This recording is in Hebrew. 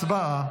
הצבעה.